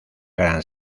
gran